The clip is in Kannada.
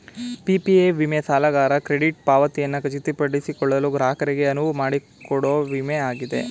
ಪಿ.ಪಿ.ಐ ವಿಮೆ ಸಾಲಗಾರ ಕ್ರೆಡಿಟ್ ಪಾವತಿಯನ್ನ ಖಚಿತಪಡಿಸಿಕೊಳ್ಳಲು ಗ್ರಾಹಕರಿಗೆ ಅನುವುಮಾಡಿಕೊಡೊ ವಿಮೆ ಆಗಿದೆ